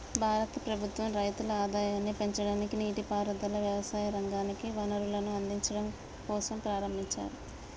భారత ప్రభుత్వం రైతుల ఆదాయాన్ని పెంచడానికి, నీటి పారుదల, వ్యవసాయ రంగానికి వనరులను అందిచడం కోసంప్రారంబించారు